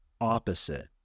opposite